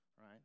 right